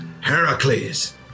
Heracles